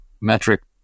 metric